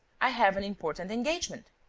i have an important engagement!